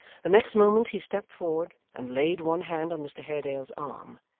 the next moment, he stepped forward, and laid one hand on mr haredale's arm,